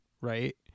right